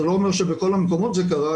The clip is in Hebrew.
זה לא אומר שבכל המקומות זה קרה,